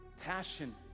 Passion